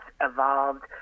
evolved